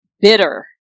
bitter